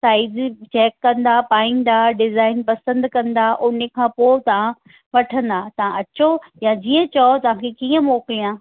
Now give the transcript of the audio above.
size check कंदा पाईंदा design पसंदि कंदा उनखां पोइ तव्हां वठंदा तव्हां अचो या जीअं चओ तव्हांखे कीअं मोकिलिया